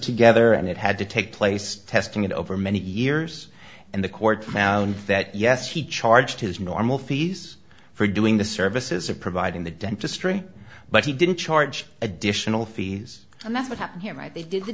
together and it had to take place testing it over many years and the court found that yes he charged his normal fees for doing the services of providing the dentistry but he didn't charge additional fees and that's what happened here right they did the